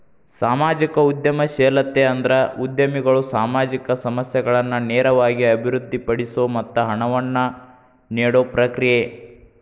ಸಾಮಾಜಿಕ ಉದ್ಯಮಶೇಲತೆ ಅಂದ್ರ ಉದ್ಯಮಿಗಳು ಸಾಮಾಜಿಕ ಸಮಸ್ಯೆಗಳನ್ನ ನೇರವಾಗಿ ಅಭಿವೃದ್ಧಿಪಡಿಸೊ ಮತ್ತ ಹಣವನ್ನ ನೇಡೊ ಪ್ರಕ್ರಿಯೆ